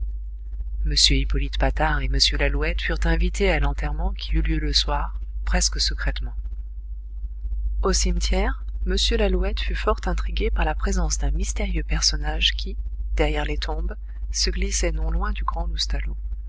m hippolyte patard et m lalouette furent invités à l'enterrement qui eut lieu le soir presque secrètement au cimetière m lalouette fut fort intrigué par la présence d'un mystérieux personnage qui derrière les tombes se glissait non loin du grand